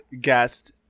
guest